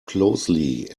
closely